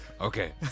Okay